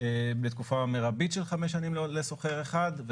בתקופה מרבית של חמש שנים לשוכר אחד,